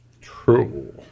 True